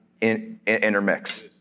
intermix